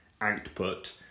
output